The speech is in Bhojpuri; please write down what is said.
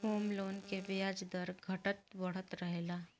होम लोन के ब्याज दर घटत बढ़त रहेला